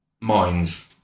minds